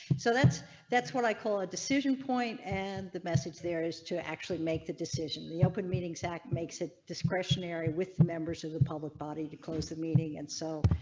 so that's that's what i call a decision point and the message there is to actually make the decision the open meetings act makes it discretionary with the members of the public body to close the meeting. and so.